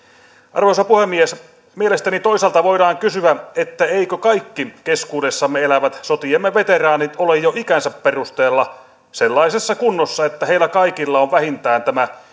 arvoisa puhemies mielestäni toisaalta voidaan kysyä eivätkö kaikki keskuudessamme elävät sotiemme veteraanit ole jo ikänsä perusteella sellaisessa kunnossa että heillä kaikilla on vähintään tämä